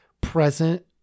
present